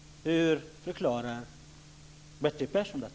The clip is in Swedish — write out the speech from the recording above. Hur förklarar Bertil Persson detta?